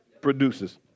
produces